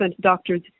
doctors